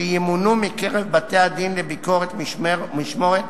שימונו מקרב בתי-הדין לביקורת משמורת,